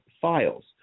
files